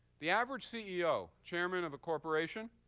the average ceo, chairman of a corporation,